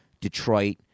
Detroit